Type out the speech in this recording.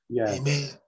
Amen